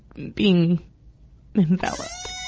being enveloped.